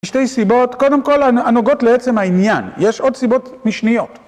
שתי סיבות, קודם כל הנוגעות לעצם העניין, יש עוד סיבות משניות.